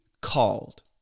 called